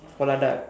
oh ladakh